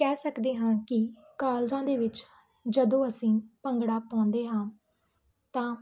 ਕਹਿ ਸਕਦੇ ਹਾਂ ਕਿ ਕਾਲਜਾਂ ਦੇ ਵਿੱਚ ਜਦੋਂ ਅਸੀਂ ਭੰਗੜਾ ਪਾਉਂਦੇ ਹਾਂ ਤਾਂ